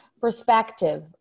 perspective